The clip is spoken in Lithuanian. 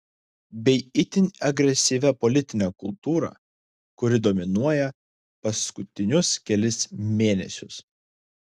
bei itin agresyvia politine kultūra kuri dominuoja paskutinius kelis mėnesius